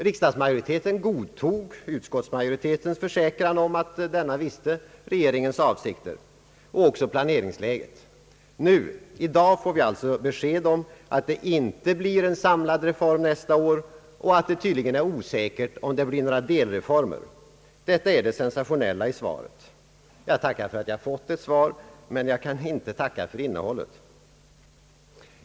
Riksdagsmajoriteten godtog utskottsmajoritetens försäkran om att denna visste regeringens avsikter och också planeringsläget. Nu, i dag, får vi alltså besked om att det inte blir en samlad reform nästa år och att det tydligen är osäkert om det blir några delreformer. Detta är det sensationella i svaret. Jag tackar för att jag fått ett svar, men jag kan inte tacka för innehållet.